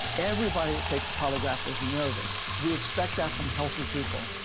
everybody that takes a polygraph is nervous. we expect that from healthy people.